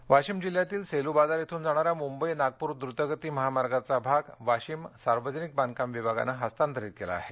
rally Washim जिल्ह्यातील सेलूबाजार इथून जाणारा मुंबई नागपूर द्रूतगती महामार्गाचा भाग वाशिम सार्वजनिक बांधकाम विभागानं हस्तांतरीत केला आहे